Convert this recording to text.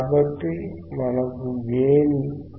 కాబట్టి మనకు గెయిన్ 1